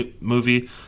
movie